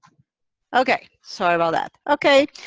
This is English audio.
okay, sorry about that. okay,